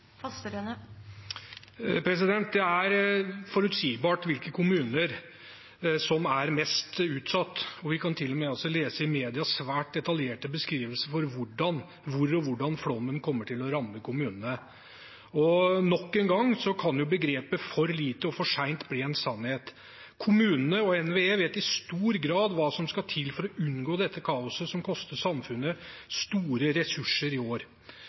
Det er forutsigbart hvilke kommuner som er mest utsatt, og i mediene kan vi til og med lese svært detaljerte beskrivelser av hvor og hvordan flommen kommer til å ramme kommunene. Nok en gang kan begrepet «for lite, for sent» bli en sannhet. Kommunene og NVE vet i stor grad hva som skal til for å unngå dette kaoset som koster samfunnet store ressurser i år.